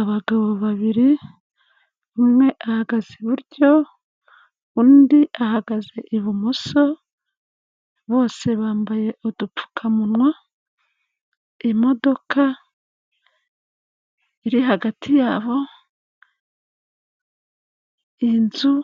Abagabo babiri, umwe ahagaze iburyo undi ahagaze ibumoso bose bambaye udupfukamunwa, imodoka iri hagati yabo, inzu,